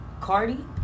Cardi